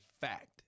fact